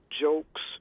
jokes